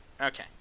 Okay